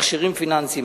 מכשירים פיננסיים.